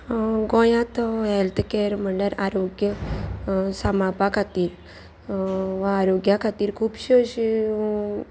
गोंयांत health care म्हणल्यार आरोग्य सामापा खातीर वा आरोग्या खातीर खुबश्यो अश्यो